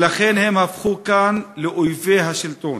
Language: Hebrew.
ולכן הם הפכו כאן לאויבי השלטון.